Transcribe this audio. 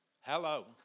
Hello